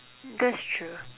hmm that's true